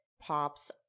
pops